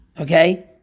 okay